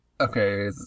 okay